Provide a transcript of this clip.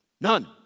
none